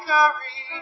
Curry